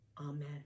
Amen